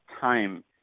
time